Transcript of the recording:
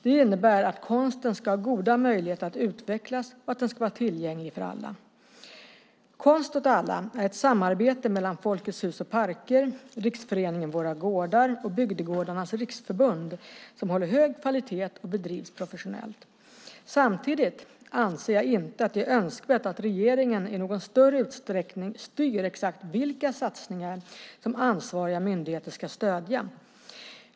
Det innebär att konsten ska ha goda möjligheter att utvecklas och att den ska vara tillgänglig för alla. Konst åt alla är ett samarbete mellan Folkets Hus och Parker, Riksföreningen Våra Gårdar och Bygdegårdarnas Riksförbund som håller hög kvalitet och bedrivs professionellt. Samtidigt anser jag inte att det är önskvärt att regeringen i någon större utsträckning styr exakt vilka satsningar som ansvariga myndigheter ska stödja.